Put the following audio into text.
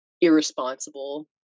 irresponsible